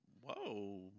whoa